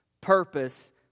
Purpose